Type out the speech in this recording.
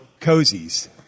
cozies